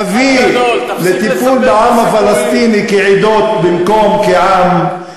להביא לטיפול בעם הפלסטיני כעדות במקום כעם,